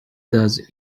does